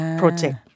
project